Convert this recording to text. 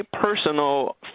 personal